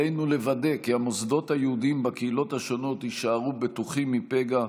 עלינו לוודא כי המוסדות היהודיים בקהילות השונות יישארו בטוחים מפגע.